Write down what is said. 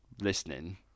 listening